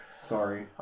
Sorry